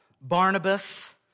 Barnabas